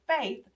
faith